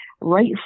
right